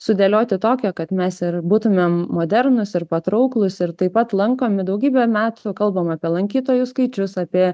sudėlioti tokią kad mes ir būtumėm modernūs ir patrauklūs ir taip pat lankomi daugybę metų kalbam apie lankytojų skaičius apie